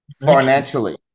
financially